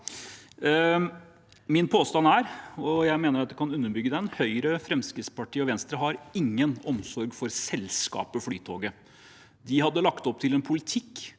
Min påstand, som jeg mener at jeg kan underbygge, er at Høyre, Fremskrittspartiet og Venstre ikke har noen omsorg for selskapet Flytoget. De hadde lagt opp til en politikk